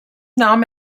nahm